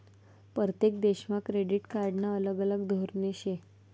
परतेक देशमा क्रेडिट कार्डनं अलग अलग धोरन शे